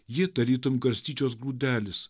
ji tarytum garstyčios grūdelis